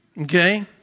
Okay